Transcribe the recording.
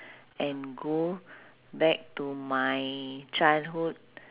and go back to my childhood